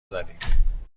زدیم